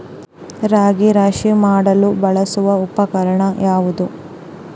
ರಾಗಿ ರಾಶಿ ಮಾಡಲು ಬಳಸುವ ಉಪಕರಣ ಯಾವುದು?